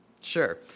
Sure